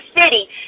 city